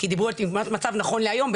אמרו שידברו על המצב נכון להיום אבל